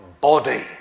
body